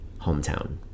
hometown